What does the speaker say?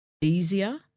easier